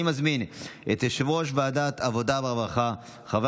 אני מזמין את יושב-ראש ועדת העבודה והרווחה חבר